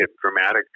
dramatic